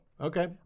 Okay